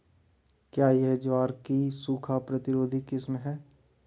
क्या यह ज्वार की सूखा प्रतिरोधी किस्म है?